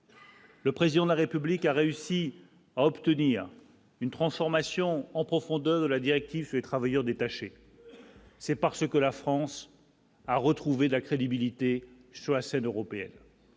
Le président de la République a réussi à obtenir une transformation en profondeur de la directive, ces travailleurs détachés, c'est parce que la France a retrouvé la crédibilité sur la scène européenne.